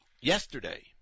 yesterday